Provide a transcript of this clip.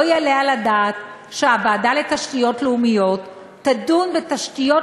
לא יעלה על הדעת שהוועדה לתשתיות לאומיות תדון בתשתיות